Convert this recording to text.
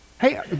Hey